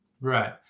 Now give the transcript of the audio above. right